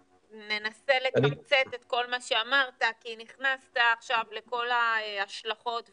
ננסה לתמצת את כל מה שאמרת כי נכנסת לכל ההשלכות וכו'.